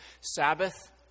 Sabbath